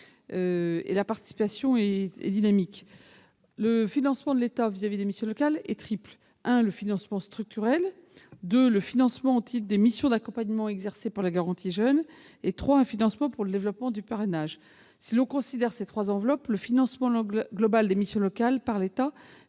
et sa participation est dynamique. Ce financement est triple : un financement structurel ; un financement au titre des missions d'accompagnement exercées par la garantie jeunes ; un financement pour le développement du parrainage. Si l'on considère ces trois enveloppes, le financement global des missions locales par l'État